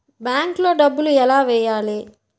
బ్యాంక్లో డబ్బులు ఎలా వెయ్యాలి?